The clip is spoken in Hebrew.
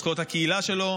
את זכויות הקהילה שלו.